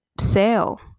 sale